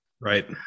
Right